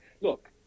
Look